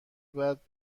بعد